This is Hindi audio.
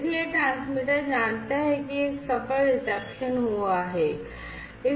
इसलिए ट्रांसमीटर जानता है कि एक सफल रिसेप्शन हुआ है